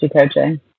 coaching